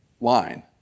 line